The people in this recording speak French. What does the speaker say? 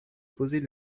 poser